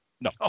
No